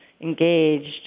engaged